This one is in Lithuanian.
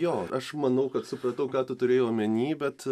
jo aš manau kad supratau ką tu turėjai omeny bet